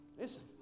Listen